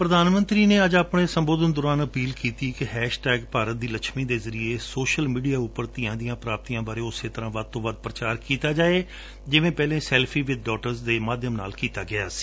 ਪ੍ਰਧਾਨ ਮੰਤਰੀ ਨੇ ਅੱਜ ਆਪਣੇ ਸੰਬੋਧਨ ਦੌਰਾਨ ਅਪੀਲ ਕੀਤੀ ਕਿ ਹੈਸ਼ ਟੈਗ ਭਾਰਤ ਦੀ ਲੱਛਮੀ ਦੇ ਜਰਿਏ ਸੋਸ਼ਲ ਮੀਡੀਆ ਉੱਪਰ ਧੀਆਂ ਦੀਆਂ ਪ੍ਰਾਪਤੀਆਂ ਬਾਰੇ ਉਸੇ ਤਰੂਾਂ ਵੱਧ ਤੋਂ ਵੱਧ ਪ੍ਰਚਾਰ ਕੀਤਾ ਜਾਵੇ ਜਿਵੇਂ ਪਹਿਲਾਂ ਸੈਲਫੀ ਵਿਦ ਡਾਟਰਜ ਦੇ ਮਾਧਿਅਮ ਤੋਂ ਕੀਤਾ ਗਿਆ ਸੀ